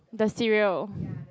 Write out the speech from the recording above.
the cereal